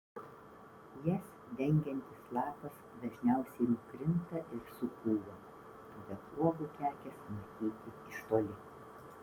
jas dengiantis lapas dažniausiai nukrinta ir supūva todėl uogų kekės matyti iš toli